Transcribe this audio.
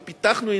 שפיתחנו,